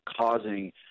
causing